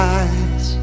eyes